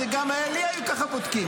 גם לי היו בודקים ככה,